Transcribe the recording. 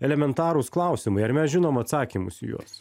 elementarūs klausimai ar mes žinom atsakymus į juos